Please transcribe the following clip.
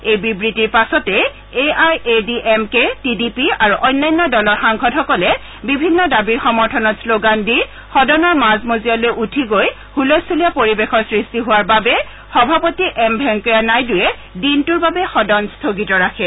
এই বিবৃতিৰ পাছতেই এআইএডিএমকে টিডিপি আৰু অন্যান্য দলৰ সাংসদসকলে বিভিন্ন দাবীৰ সমৰ্থনত শ্লোগান দি সদনৰ মাজমজিয়ালৈ উঠি গৈ হুলস্থূলীয়া পৰিবেশৰ সৃষ্টি হোৱাৰ বাবে সভাপতি এম ভেংকায়া নাইডূৱে দিনটোৰ বাবে সদন স্থগিত ৰাখে